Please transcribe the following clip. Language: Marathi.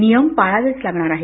नियम पाळावेच लागणार आहेत